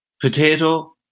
potato